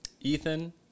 Ethan